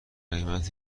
قیمت